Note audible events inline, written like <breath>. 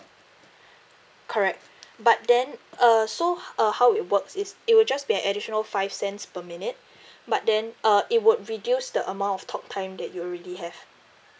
<breath> correct <breath> but then uh so <noise> uh how it works is it will just be an additional five cents per minute <breath> but then uh it would reduce the amount of talk time that you already have